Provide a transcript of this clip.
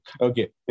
Okay